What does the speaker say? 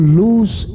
lose